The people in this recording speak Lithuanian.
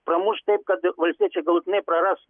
pramuš taip kad valstiečiai galutinai praras